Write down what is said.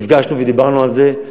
נפגשנו ודיברנו על זה,